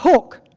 hawk,